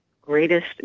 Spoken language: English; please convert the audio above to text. greatest